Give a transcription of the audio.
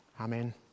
Amen